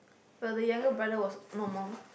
but the younger brother was normal